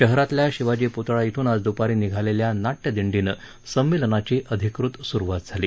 शहरातल्या शिवाजी पुतळा ध्रून आज द्पारी निघालेल्या नाट्यदिंडीनं संमेलनाची अधिकृत सुरुवात झाली